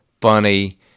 funny